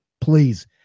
please